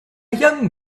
young